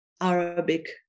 arabic